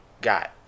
got